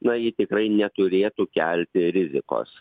na ji tikrai neturėtų kelti rizikos